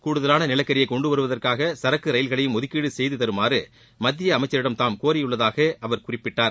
கூடுதலான நிலக்கரியை கொண்டு வருவதற்கான சரக்கு ரயில்களையும் ஒதுக்கீடு செய்து தருமாறு மத்திய அமைச்சரிடம் தாம் கோரியுள்ளதாக அவர் குறிப்பிட்டார்